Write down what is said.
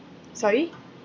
sorry